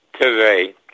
today